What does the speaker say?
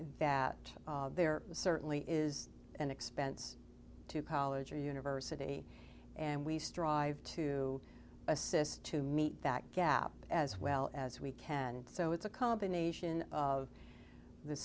that there certainly is an expense to college or university and we strive to assist to meet that gap as well as we can so it's a combination of the